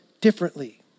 differently